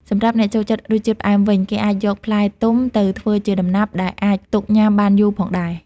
សម្រាប់អ្នកចូលចិត្តរសជាតិផ្អែមវិញ គេអាចយកផ្លែទុំទៅធ្វើជាដំណាប់ ដែលអាចទុកញ៉ាំបានយូរផងដែរ។